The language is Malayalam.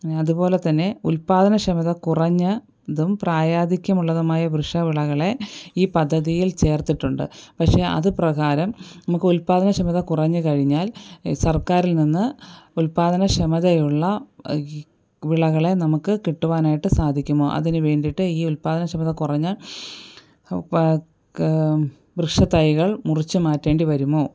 അതുപോലെത്തന്നെ ഉൽപ്പാദനക്ഷമത കുറഞ്ഞ ഇതും പ്രായാധിക്യമുള്ളതുമായ വൃക്ഷവിളകളെ ഈ പദ്ധതിയിൽ ചേർത്തിട്ടുണ്ട് പഷേ അത് പ്രകാരം നമ്മൾക്ക് ഉൽപാദനക്ഷമത കുറഞ്ഞുകഴിഞ്ഞാൽ സർക്കാരിൽ നിന്ന് ഉൽപ്പാദനക്ഷമതയുള്ള വിളകളെ നമുക്ക് കിട്ടുവാനായിട്ട് സാധിക്കുമോ അതിന് വേണ്ടിയിട്ട് ഈ ഉൽപ്പാദനഷമത കുറഞ്ഞ വൃക്ഷത്തൈകൾ മുറിച്ച് മാറ്റേണ്ടി വരുമോ